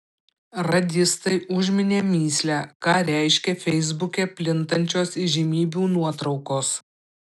radistai užminė mįslę ką reiškia feisbuke plintančios įžymybių nuotraukos